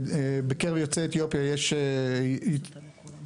אני לא הכרתי בחקיקה כמה זמן מוגדר עולה חדש,